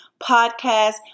podcast